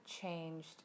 changed